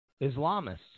Islamists